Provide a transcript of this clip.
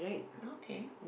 okay